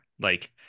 Like-